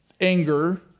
anger